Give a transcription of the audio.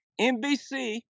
NBC